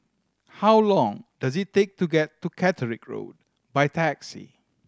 how long does it take to get to Catterick Road by taxi